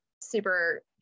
super